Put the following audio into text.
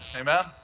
Amen